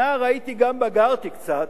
נער הייתי גם בגרתי קצת,